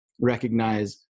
recognize